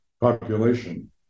population